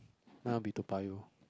mine will be Toa-Payoh